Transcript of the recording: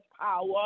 power